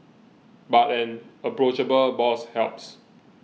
but an approachable boss helps